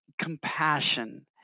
compassion